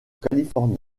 californie